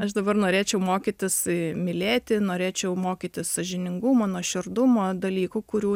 aš dabar norėčiau mokytis mylėti norėčiau mokytis sąžiningumo nuoširdumo dalykų kurių